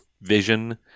vision